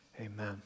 Amen